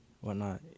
whatnot